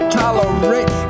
tolerate